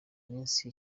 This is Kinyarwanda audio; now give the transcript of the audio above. minsi